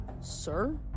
sir